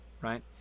right